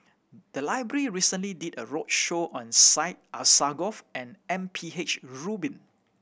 the library recently did a roadshow on Syed Alsagoff and M P H Rubin